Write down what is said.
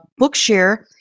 Bookshare